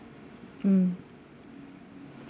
mm